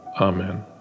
Amen